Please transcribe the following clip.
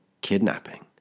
kidnapping